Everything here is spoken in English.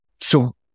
So-